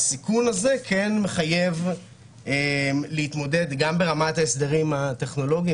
הסיכון הזה כן מחייב להתמודד גם ברמת ההסדרים הטכנולוגיים,